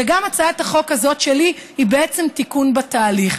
וגם הצעת החוק הזאת שלי היא בעצם תיקון בתהליך,